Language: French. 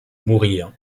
mourir